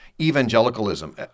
evangelicalism